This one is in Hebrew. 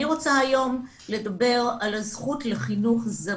אני רוצה לדבר היום על הזכות לחינוך זמין.